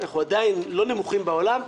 אנחנו עדיין לא נמוכים בעולם,